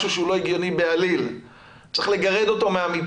אני מתכבד לפתוח את ישיבת ועדת המשנה